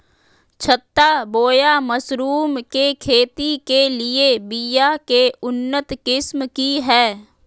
छत्ता बोया मशरूम के खेती के लिए बिया के उन्नत किस्म की हैं?